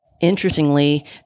interestingly